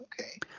okay